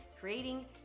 creating